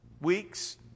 weeks